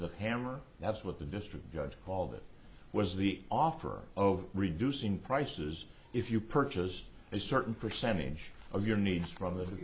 the hammer that's what the district judge called it was the offer over reducing prices if you purchased a certain percentage of your needs from the